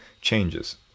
changes